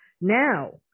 now